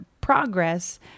progress